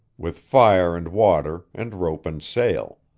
with fire and water and rope and sail.